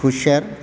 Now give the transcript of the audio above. खुसेर